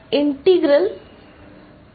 हे शुद्ध पृष्ठभाग आहेबरोबर आणि सर्वसाठी समान आहे